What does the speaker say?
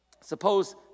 Suppose